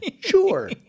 Sure